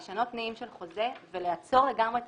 לשנות תנאים של חוזה ולעצור לגמרי את